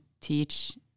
teach